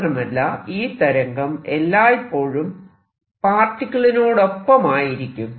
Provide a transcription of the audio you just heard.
മാത്രമല്ല ഈ തരംഗം എല്ലായ്പ്പോഴും പാർട്ടിക്കിളിനോടൊപ്പമായിരിക്കും